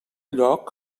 lloc